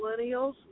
millennials